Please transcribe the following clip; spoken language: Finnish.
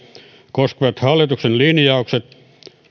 koskevat hallituksen linjaukset